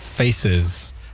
Faces